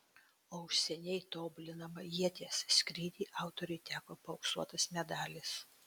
o už seniai tobulinamą ieties skrydį autoriui teko paauksuotas medalis